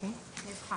אני אבחן את זה.